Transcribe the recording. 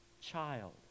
child